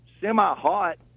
semi-hot